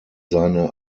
seine